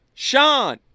Sean